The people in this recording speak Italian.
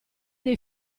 dei